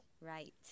right